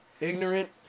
ignorant